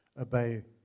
obey